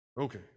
Okay